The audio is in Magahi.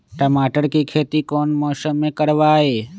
टमाटर की खेती कौन मौसम में करवाई?